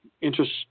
interest